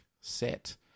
set